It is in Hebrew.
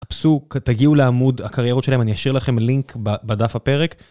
חפשו...תגיעו לעמוד הקריירות שלהם, אני אשאיר לכם לינק בדף הפרק.